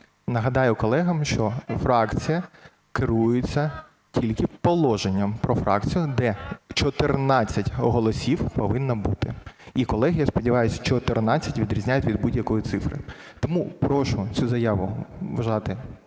Нагадаю колегам, що фракція керується тільки положенням про фракцію, де 14 голосів повинно бути. І колеги, я сподіваюсь, 14 відрізняють від будь-якої цифри. Тому прошу цю заяву вважати